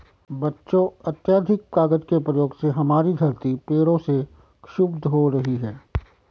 बच्चों अत्याधिक कागज के प्रयोग से हमारी धरती पेड़ों से क्षुब्ध हो रही है